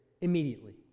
immediately